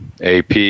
AP